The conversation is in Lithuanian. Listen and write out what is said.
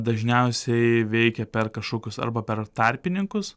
dažniausiai veikia per kažkokius arba per tarpininkus